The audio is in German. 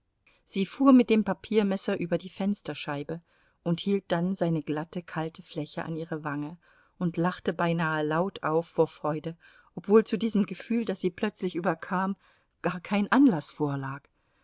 sie fuhr mit dem papiermesser über die fensterscheibe und hielt dann seine glatte kalte fläche an ihre wange und lachte beinahe laut auf vor freude obwohl zu diesem gefühl das sie plötzlich überkam gar kein anlaß vorlag